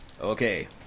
Okay